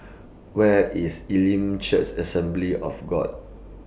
Where IS Elim Church Assembly of God